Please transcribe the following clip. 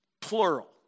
plural